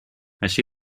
així